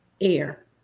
air